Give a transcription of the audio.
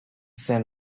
zen